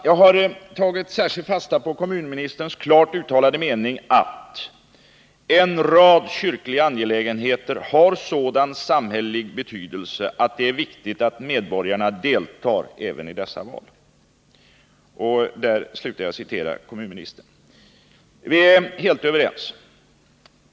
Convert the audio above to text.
Jag tog särskilt fasta på kommunministerns klart uttalade mening: ”En rad kyrkliga angelägenheter har en sådan samhällelig betydelse att det är viktigt att medborgarna deltar även i dessa val.” Vi är helt överens.